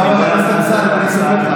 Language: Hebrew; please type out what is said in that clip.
חבר הכנסת אמסלם.